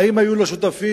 האם היו לו שותפים?